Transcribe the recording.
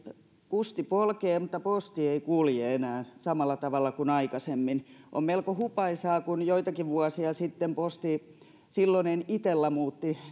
kusti polkee mutta posti ei kulje enää samalla tavalla kuin aikaisemmin on melko hupaisaa kun joitakin vuosia sitten posti silloinen itella muutti